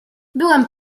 byłem